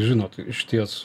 žinot išties